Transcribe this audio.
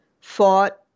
fought